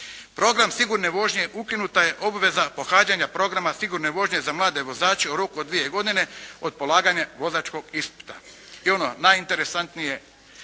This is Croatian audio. Program sigurne vožnje ukinuta je obveza pohađanja programa sigurne vožnje za mlade vozače u roku od dvije godine od polaganja vozačkog ispita. I ono najinteresantnije,